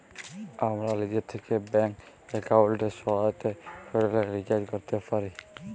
আমরা লিজে থ্যাকে ব্যাংক এক্কাউন্টের সহায়তায় ফোলের রিচাজ ক্যরতে পাই